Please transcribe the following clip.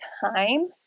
time